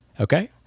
Okay